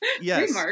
yes